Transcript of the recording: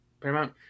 Paramount